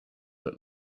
look